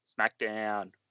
Smackdown